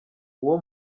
uwo